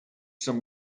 some